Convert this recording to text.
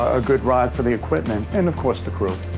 a good ride for the equipment, and of course the crew.